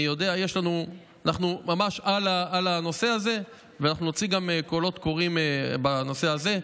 אנחנו נוציא קולות קוראים גם בנושא הזה.